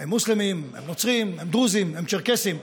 הם מוסלמים, הם נוצרים, הם דרוזים, הם צ'רקסים,